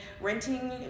renting